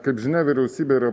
kaip žinia vyriausybė yra